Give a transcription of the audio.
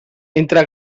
entre